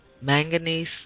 manganese